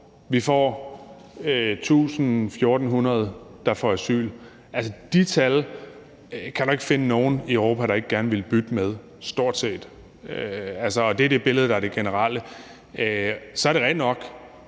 vi har 1.000-1.400, der får asyl. De tal kan du stort set ikke finde nogen i Europa der ikke gerne ville bytte med, og det er det billede, der er det generelle. Så er det rigtigt nok,